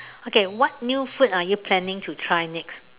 okay what new food are you planning to try next